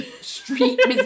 street